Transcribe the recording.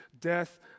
death